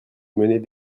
mener